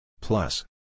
Plus